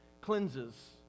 cleanses